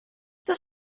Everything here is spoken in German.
das